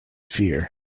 fear